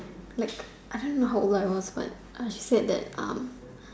liked I don't even know how old I was I said that um